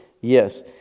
Yes